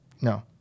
No